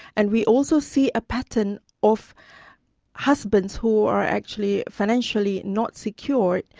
and we also see a pattern of husbands who are actually financially not secure,